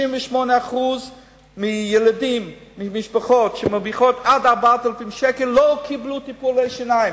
68% מהילדים ממשפחות שמרוויחות עד 4,000 שקל לא קיבלו טיפולי שיניים.